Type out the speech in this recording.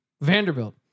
Vanderbilt